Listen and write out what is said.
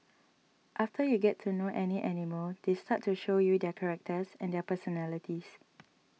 after you get to know any animal they start to show you their characters and their personalities